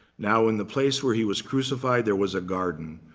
now in the place where he was crucified, there was a garden.